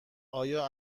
آیا